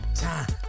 time